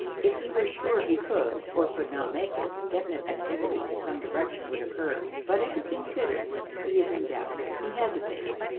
if he were sure he could or could not make it, definite activity in some direction would occur. but if he considers, he is in doubt he hesitates.